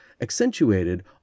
accentuated